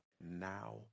now